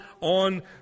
on